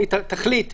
אני אלך צעד אחד אחורה.